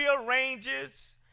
rearranges